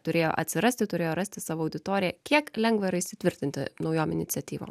turėjo atsirasti turėjo rasti savo auditoriją kiek lengva yra įsitvirtinti naujom iniciatyvom